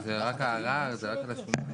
הם לא היו מציאותיים.